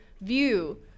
view